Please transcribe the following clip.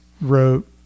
wrote